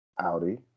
Audi